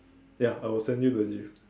ya I will send you the gif